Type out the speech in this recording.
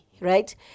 right